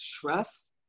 trust